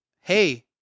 hey